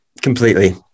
completely